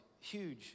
Huge